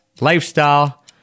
lifestyle